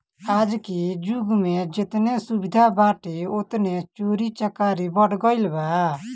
आजके जुग में जेतने सुविधा बाटे ओतने चोरी चकारी बढ़ गईल बा